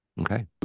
okay